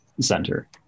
center